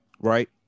Right